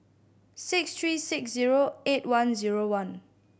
six three six zero eight one zero one